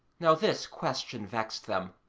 now this question vexed them,